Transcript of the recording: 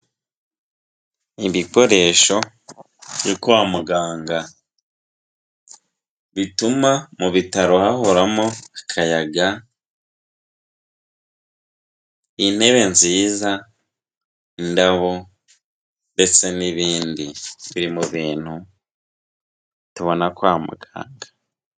Ibikoresho byo kwa muganga bituma mu bitaro hahoramo akayaga,, intebe nziza indabo ndetse n'ibindi biri mu bintu tubona kwa muganga.